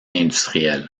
industrielle